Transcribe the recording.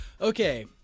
Okay